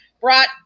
brought